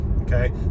okay